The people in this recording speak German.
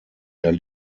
der